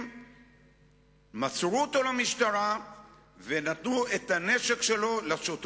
הם מסרו אותו למשטרה ונתנו את הנשק שלו לידי השוטרים.